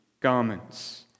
garments